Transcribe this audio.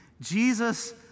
Jesus